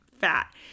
fat